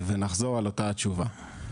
ונחזור על אותה התשובה.